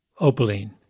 Opaline